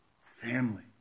family